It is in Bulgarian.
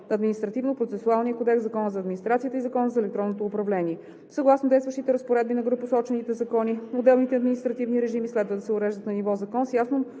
Административнопроцесуалния кодекс, Закона за администрацията и Закона за електронното управление. Съгласно действащите разпоредбите на горепосочените закони отделните административни режими следва да се уреждат на ниво закон с ясно